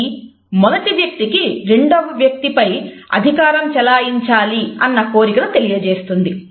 ఇది మొదటి వ్యక్తి కి రెండవ వ్యక్తి పై అధికారం చలాయించాలి అన్న కోరికను తెలియజేస్తుంది